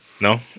no